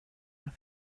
jag